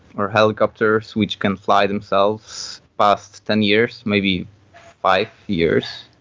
or helicopters which can fly themselves past ten years, maybe five years.